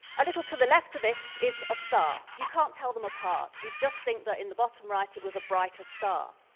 a little to the left of it, is a star. you can't tell them apart. you just think that in the bottom right it was a brighter star.